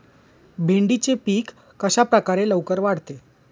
भेंडीचे पीक कशाप्रकारे लवकर वाढते?